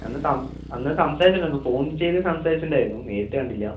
അന്നു സംസാരിച്ചുണ്ടായിരുന്നു ഫോൺ ചെയ്തു സംസാരിച്ചിട്ടുണ്ടായിരുന്നു നേരിട്ടു കണ്ടില്ല